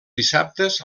dissabtes